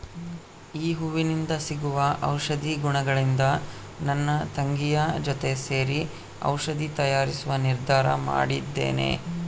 ಈ ಹೂವಿಂದ ಸಿಗುವ ಔಷಧಿ ಗುಣಗಳಿಂದ ನನ್ನ ತಂಗಿಯ ಜೊತೆ ಸೇರಿ ಔಷಧಿ ತಯಾರಿಸುವ ನಿರ್ಧಾರ ಮಾಡಿದ್ದೇನೆ